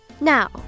Now